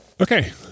Okay